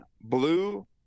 blue